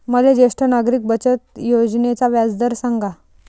मले ज्येष्ठ नागरिक बचत योजनेचा व्याजदर सांगा